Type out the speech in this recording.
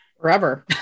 Forever